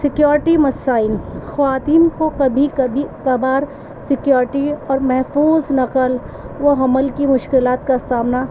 security مسائل خواتین کو کبھی کبھی کبھار سیکورٹی اور محفوظ نقل و حمل کی مشکلات کا سامنا